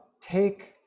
take